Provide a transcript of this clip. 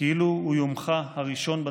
כאילו הוא יומך הראשון בתפקיד,